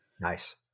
Nice